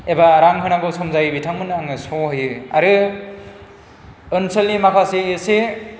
एबा रां होनांगौ सम जायो बिथांमोननो आङो स' हैयो आरो ओनसोलनि माखासे एसे